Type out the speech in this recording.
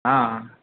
હા